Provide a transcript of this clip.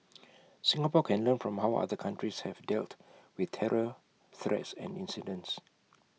Singapore can learn from how other countries have dealt with terror threats and incidents